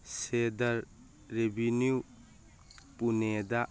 ꯁꯦꯗꯔ ꯔꯤꯕꯤꯅꯤꯎ ꯄꯨꯅꯦꯗ